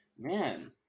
Man